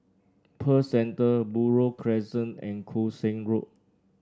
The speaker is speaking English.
Pearl Centre Buroh Crescent and Koon Seng Road